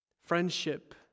Friendship